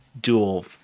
dual